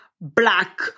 black